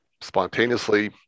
spontaneously